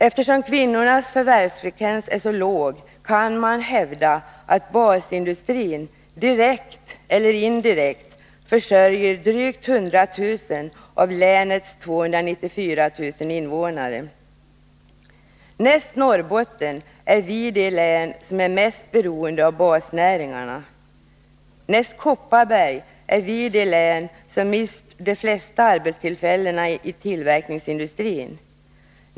Eftersom kvinnornas förvärvsfrekvens är så låg kan man hävda att basindustrin direkt eller indirekt försörjer drygt 100 000 av länets 294 000 invånare. Näst Norrbotten är vårt län det som är mest beroende av basnäringarna. Näst Kopparberg är vårt län det som mist de flesta arbetstillfällena i tillverkningsindustrin.